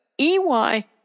EY